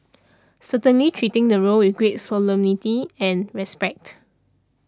certainly treating the role with great solemnity and respect